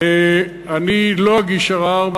אני לא אגיש ערר,